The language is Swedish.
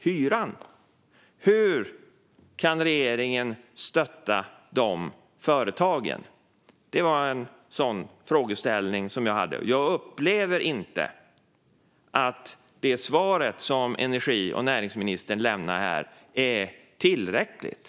Hur kan regeringen stötta de företagen? Det var en frågeställning jag hade, och jag upplever inte att det svar som energi och näringsministern lämnar här är tillräckligt.